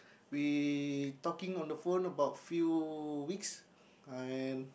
we talking on the phone about few weeks and